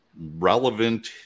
relevant